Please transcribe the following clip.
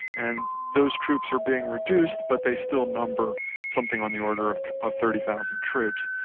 and those troops are being reduced but they still number something on the order of of thirty thousand troops.